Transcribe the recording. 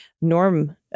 Norm